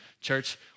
Church